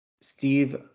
steve